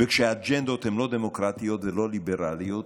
וכשהאג'נדות הן לא דמוקרטיות ולא ליברליות,